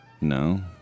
No